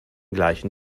gleichen